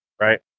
right